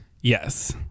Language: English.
Yes